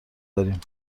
داریم